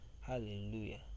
Hallelujah